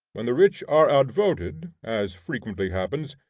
when the rich are outvoted, as frequently happens,